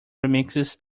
remixes